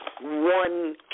one